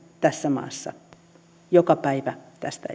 tässä maassa joka päivä tästä